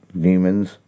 demons